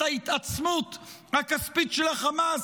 את ההתעצמות הכספית של החמאס,